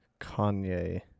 Kanye